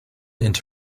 into